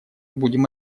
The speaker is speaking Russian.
будем